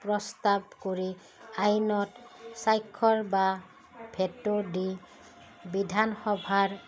প্ৰস্তাৱ কৰি আইনত স্বাক্ষৰ বা দি বিধান সভাৰ